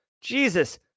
Jesus